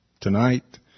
tonight